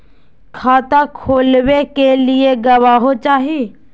खाता खोलाबे के लिए गवाहों चाही?